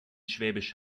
schwäbisch